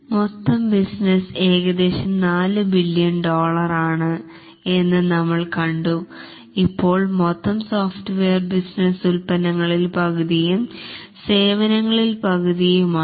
മൊത്തം ബിസിനസ് ഏകദേശം നാല് ബില്യൻ ഡോളറാണ് എന്ന്നമ്മൾ കണ്ടു ഇപ്പോൾ മൊത്തം സോഫ്റ്റ്വെയർ ബിസിനസ് ഉൽപന്നങ്ങളിൽ പകുതിയും സേവനങ്ങളിൽ പകുതിയും ആണ്